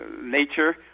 nature